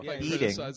eating